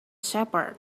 shepherd